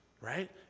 right